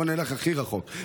בוא נלך הכי רחוק,